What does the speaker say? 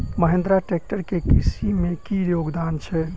Mahindra tractor केँ कृषि मे की योगदान छै?